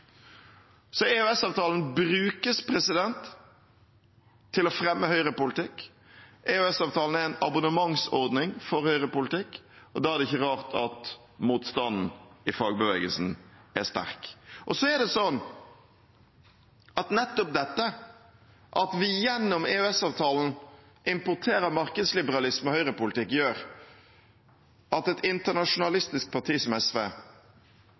Så EØS-avtalen brukes til å fremme høyrepolitikk. EØS-avtalen er en abonnementsordning for høyrepolitikk, og da er det ikke rart at motstanden i fagbevegelsen er sterk. Det er sånn at nettopp dette, at vi gjennom EØS-avtalen importerer markedsliberalisme og høyrepolitikk, gjør at et internasjonalistisk parti som SV